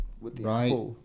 Right